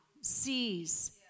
sees